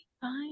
fine